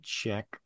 check